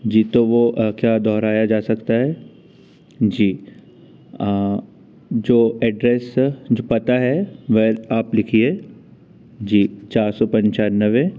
जी तो वो क्या दोहराया जा सकता है जी जो एड्रैस जो पता है वह आप लिखिए जी चार सौ पंचानवे